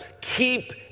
Keep